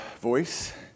voice